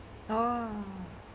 oh